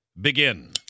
Begin